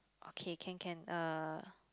okay can can uh